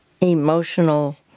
emotional